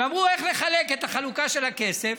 ואמרו: איך נקבע את החלוקה של הכסף?